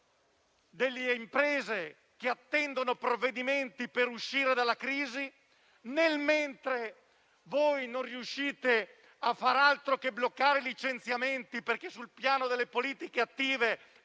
imprese che attendono provvedimenti per uscire dalla crisi, nel mentre non riuscite a far altro che bloccare licenziamenti perché sul piano delle politiche attive